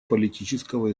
политического